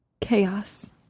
chaos